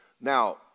Now